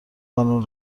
قانون